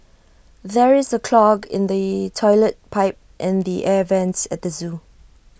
there is A clog in the Toilet Pipe and the air Vents at the Zoo